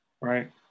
right